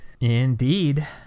Indeed